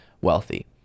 wealthy